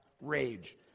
rage